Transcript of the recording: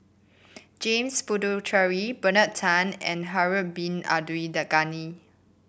James Puthucheary Bernard Tan and Harun Bin Abdul Ghani